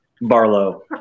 Barlow